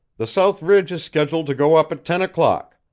the south ridge is scheduled to go up at ten o'clock.